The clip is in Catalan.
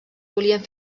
volien